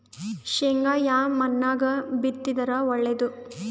ಶೇಂಗಾ ಯಾ ಮಣ್ಣಾಗ ಬಿತ್ತಿದರ ಒಳ್ಳೇದು?